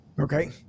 Okay